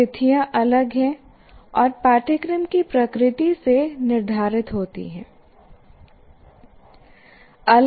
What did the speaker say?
स्थितियां अलग हैं और पाठ्यक्रम की प्रकृति से निर्धारित होती हैं